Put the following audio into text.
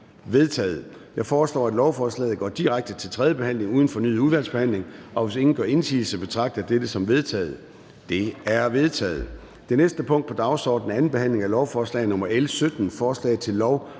Jeg foreslår, at lovforslaget går direkte til tredje behandling uden fornyet udvalgsbehandling, og hvis ingen gør indsigelse, betragter jeg dette som vedtaget. Det er vedtaget. --- Det næste punkt på dagsordenen er: 16) 2. behandling af lovforslag nr. L 18: Forslag til lov om